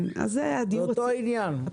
זה אותו עניין.